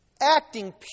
acting